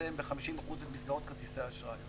לצמצם ב-50% את מסגרות כרטיסי האשראי.